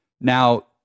now